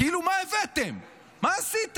כאילו מה הבאתם, מה עשיתם.